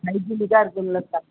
ஹைஜீனிக்காக இருக்கும்ல சார்